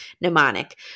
mnemonic